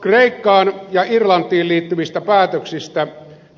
kreikkaan ja irlantiin liittyvistä päätöksistä